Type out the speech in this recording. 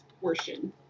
portion